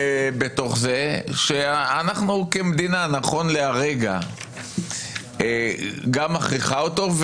אנחנו כמדינה נכון לרגע זה גם מכריחה אותו,